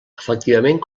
efectivament